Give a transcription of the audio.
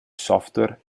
software